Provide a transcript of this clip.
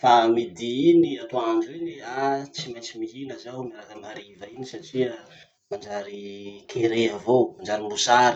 Fa midi iny atoandro iny ah! tsy maintsy mihina zaho miaraky amy hariva iny satria manjary kere avao manjary mosary.